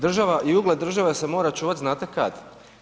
Država i ugled države se mora čuvati znate kad?